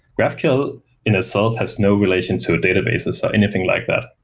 graphql in itself has no relation to a databases or anything like that.